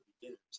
beginners